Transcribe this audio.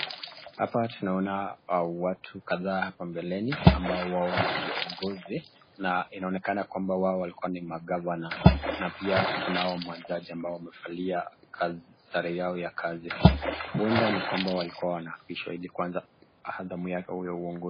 Hapa tunaona watu kadhaa hapa mbeleni ambao, wao ni viongozi, na inaonekana wao walikuwa ni magavana, na pia kunao majaji ambao wamevalia sare yao ya kazi. Uenda ni kwamba walikuwa wanapishwa ilikuanza atamu yake ya uongozi.